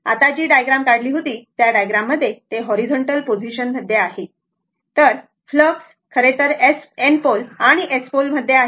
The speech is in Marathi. आता जी डायग्रॅम काढली होती त्या डायग्रॅम मध्ये ते हॉरिझॉन्टल पोझिशन मध्ये आहे तर फ्लक्स हे खरेतर N पोल आणि S पोल मध्ये आहे